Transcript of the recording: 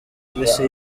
mbese